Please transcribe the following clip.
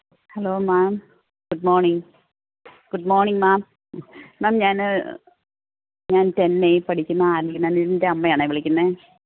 hello ma'am good morning good morning ma'am ma'am ഞാന് ഞാന് ten എയില് പഠിക്കുന്ന ആല്വിൻ അനിലിന്റെ അമ്മയാണേ വിളിക്കുന്നത്